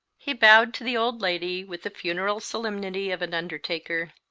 he bowed to the old lady with the funeral solemnity of an under taker,